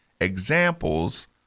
examples